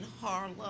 Harlem